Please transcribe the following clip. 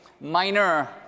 minor